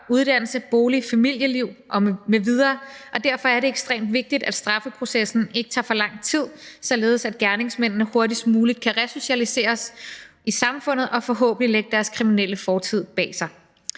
uddannelse, bolig, familieliv m.v., og derfor er det ekstremt vigtigt, at straffeprocessen ikke tager for lang tid, således at gerningsmændene hurtigst muligt kan resocialiseres i samfundet og forhåbentlig lægge deres kriminelle løbebane bag sig.